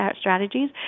strategies